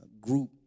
group